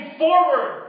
forward